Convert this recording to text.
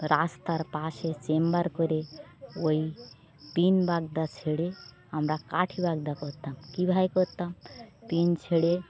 রাস্তার পাশে চেম্বার করে ওই পিন বাগদা ছেড়ে আমরা কাঠি বাগদা করতাম কী ভাবে করতাম পিন ছেড়ে